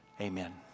amen